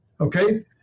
Okay